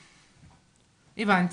הבנתי.